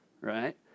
right